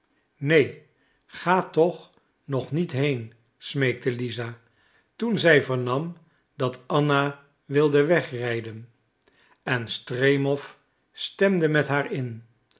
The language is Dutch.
neen ga toch nog niet heen smeekte lisa toen zij vernam dat anna wilde wegrijden en stremow stemde met haar in